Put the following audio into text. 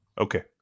Okay